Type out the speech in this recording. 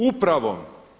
Upravom.